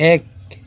এক